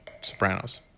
Sopranos